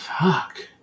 Fuck